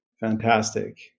Fantastic